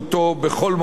בכל מקום,